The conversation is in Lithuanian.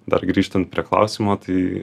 dar grįžtant prie klausimo tai